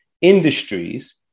industries